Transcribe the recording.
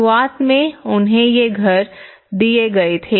शुरुआत में उन्हें ये घर दिए गए थे